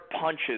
punches